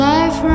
Life